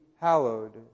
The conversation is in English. hallowed